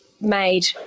made